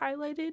highlighted